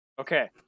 Okay